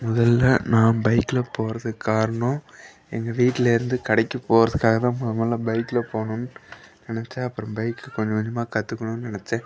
முதல்ல நான் பைக்கில் போகிறதுக்குக் காரணம் எங்கள் வீட்டிலேருந்து கடைக்குப் போகிறதுக்காக தான் நான் முதல்ல பைக்கில் போகணுன்னு நினச்சேன் அப்பறம் பைக்கு கொஞ்சம் கொஞ்சமாக கற்றுக்கணுன்னு நினச்சேன்